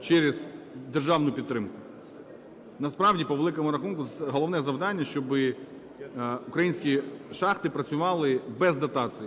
через державну підтримку. Насправді, по великому рахунку, головне завдання – щоби українські шахти працювали без дотацій,